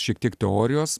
šiek tiek teorijos